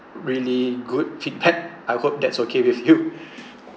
really good feedback I hope that's okay with you